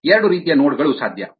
ಎರಡು ರೀತಿಯ ನೋಡ್ ಗಳು ಸಾಧ್ಯ